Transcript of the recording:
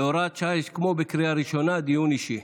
בהוראת שעה יש, כמו בקריאה ראשונה, דיון אישי.